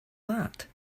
that